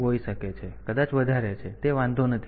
તેથી તે વાંધો નથી